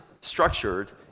structured